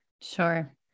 Sure